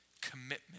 commitment